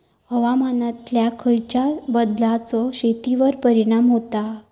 हवामानातल्या खयच्या बदलांचो शेतीवर परिणाम होता?